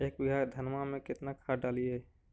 एक बीघा धन्मा में केतना खाद डालिए?